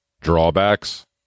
drawbacks